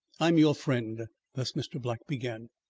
i'm your friend thus mr. black began.